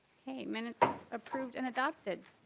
a minute approved and adopted.